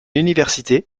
université